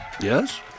Yes